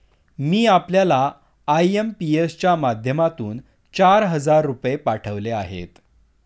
मी आपल्याला आय.एम.पी.एस च्या माध्यमातून चार हजार रुपये पाठवले आहेत